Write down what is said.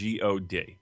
God